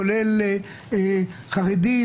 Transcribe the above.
כולל חרדים,